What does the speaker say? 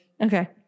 Okay